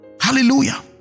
Hallelujah